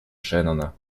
шеннона